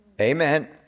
Amen